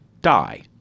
die